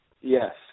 Yes